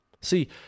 See